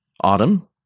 Autumn